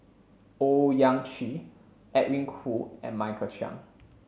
Owyang Chi Edwin Koo and Michael Chiang